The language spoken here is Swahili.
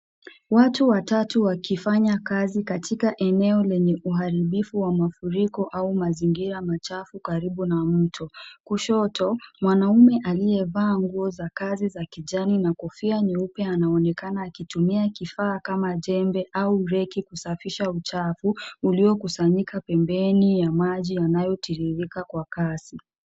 Watu watatu wakifanya kazi katika eneo lenye uharibifu wa mafuriko au mazingira machafu karibu na mto. Kushoto, mwanamume aliyevaa nguo za kazi za kijani na kofia nyeupe anaonekana akitumia kifaa kama jembe au reki kusafisha uchafu uliokusanyika pembeni ya maji yanayotiririka kwa kasi.